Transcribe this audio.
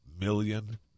million